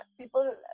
people